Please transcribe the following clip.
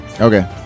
Okay